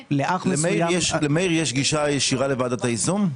אבל לאח מסוים --- למאיר יש גישה ישירה לוועדת היישום?